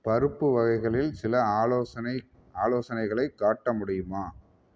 பருப்பு வகைகளில் சில ஆலோசனை ஆலோசனைகளைக் காட்ட முடியுமா